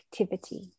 activity